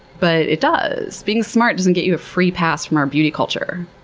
but it does. being smart doesn't get you a free pass from our beauty culture.